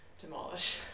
demolish